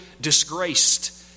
disgraced